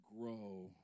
grow